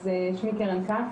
שמי קרן כץ,